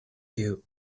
you